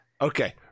Okay